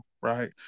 right